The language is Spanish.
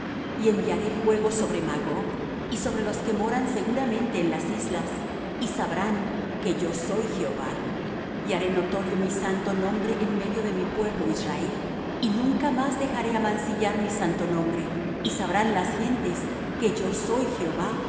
y enviaré fuego sobre magog y sobre los que moran seguramente en las islas y sabrán que yo soy jehová y haré notorio mi santo nombre en medio de mi pueblo israel y nunca más dejaré amancillar mi santo nombre y sabrán las gentes que yo soy jehová